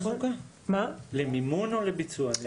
את מתכוונת למימון התחזוקה או לביצוע?